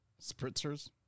spritzers